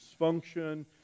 dysfunction